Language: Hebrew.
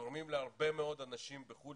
גורמים להרבה מאוד אנשים בחוץ לארץ,